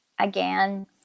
again